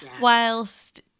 Whilst